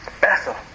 Bethel